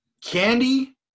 Candy